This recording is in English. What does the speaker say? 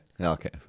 Okay